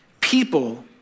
people